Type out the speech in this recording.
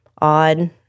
odd